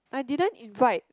I didn't invite